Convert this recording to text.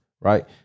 right